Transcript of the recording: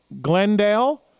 Glendale